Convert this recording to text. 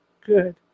good